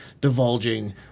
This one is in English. divulging